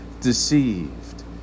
deceived